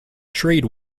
trade